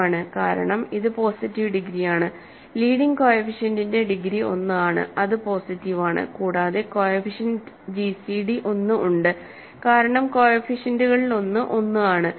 ആണ് കാരണം ഇത് പോസിറ്റീവ് ഡിഗ്രിയാണ് ലീഡിംഗ് കോഫിഫിഷ്യന്റിന്റെ ഡിഗ്രി 1ആണ് അത് പോസിറ്റീവ് ആണ് കൂടാതെ കോഎഫിഷ്യന്റ് ജിസിഡി 1 ഉണ്ട് കാരണം കോഎഫിഷ്യന്റുകളിലൊന്ന് 1 ആണ്